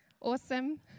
Awesome